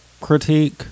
critique